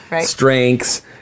strengths